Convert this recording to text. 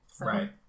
Right